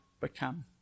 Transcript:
become